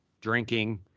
drinking